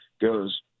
goes